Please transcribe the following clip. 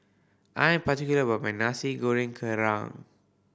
I am particular about my Nasi Goreng Kerang